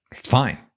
fine